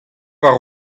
war